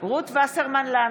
רות וסרמן לנדה,